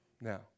now